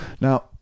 Now